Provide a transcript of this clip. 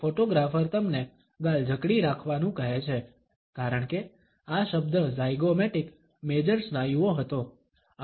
photographer તમને ગાલ જકડી રાખવાનું કહે છે કારણ કે આ શબ્દ ઝાયગોમેટિક મેજર સ્નાયુઓ હતો